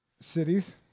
cities